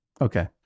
Okay